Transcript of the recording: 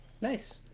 nice